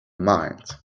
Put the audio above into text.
mind